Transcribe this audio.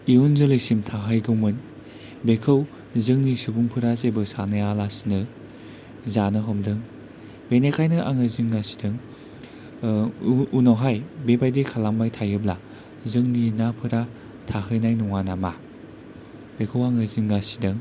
इयुनजोलैसिम थाहैगौमोन बेखौ जोंनि सुबुंफोरा एसेबो सानालासिनो जानो हमदों बेनिखायनो आङो जिंगासिदों उनावहाय बेफोरबायदि खालामबाय थायोब्ला जोंनि नाफोरा थाहैनाय नङा नामा बेखौ आङो जिंगासिदों